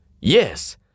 Yes